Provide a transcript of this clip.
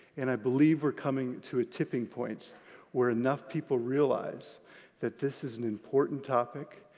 and i believe we're coming to a tipping point where enough people realize that this is an important topic,